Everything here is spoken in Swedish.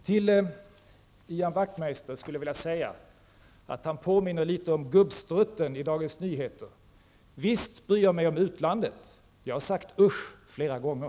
Till Ian Wachtmeister skulle jag vilja säga att han påminner litet om Gubbstrutten i Dagens Nyheter: ''Visst bryr jag mig om utlandet -- jag har sagt usch flera gånger''.